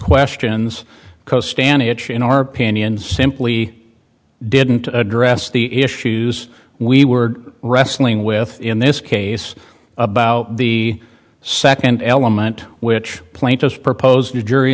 standing in our opinion simply didn't address the issues we were wrestling with in this case about the second element which plaintiffs proposed a jury